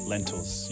Lentils